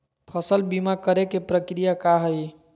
फसल बीमा करे के प्रक्रिया का हई?